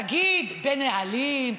תגיד בנהלים.